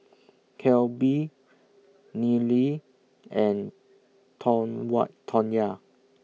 Kelby Nealy and Tawnya